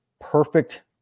perfect